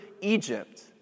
Egypt